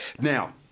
Now